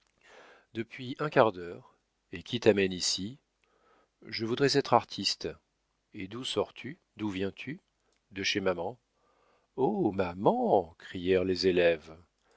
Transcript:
depuis un quart d'heure et qui t'amène ici je voudrais être artiste et d'où sors-tu d'où viens-tu de chez maman oh maman crièrent les élèves